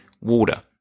water